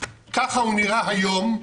ככה הוא נראה היום,